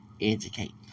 educate